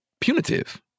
punitive